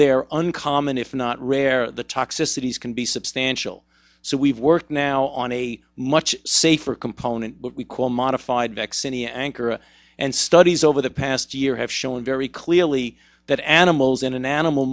there uncommonly if not rare the toxicities can be substantial so we've work now on a much safer component what we call modified vax any anchor and studies over the past year have shown very clearly that animals in an animal